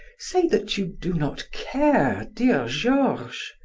say that you do not care, dear georges,